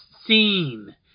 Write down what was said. scene